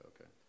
Okay